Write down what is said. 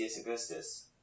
Augustus